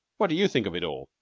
what do you think of it all?